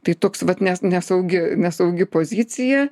tai toks vat nes nesaugi nesaugi pozicija